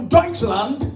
Deutschland